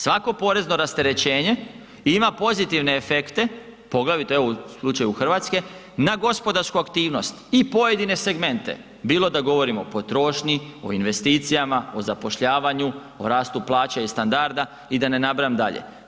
Svako porezno rasterećenje ima pozitivne efekte, poglavito evo u slučaju Hrvatske na gospodarsku aktivnost i pojedine segmente bilo da govorimo o potrošnji, o investicijama, o zapošljavanju, o rastu plaća i standarda i da ne nabrajam dalje.